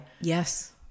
Yes